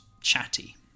chatty